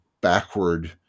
backward